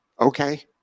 Okay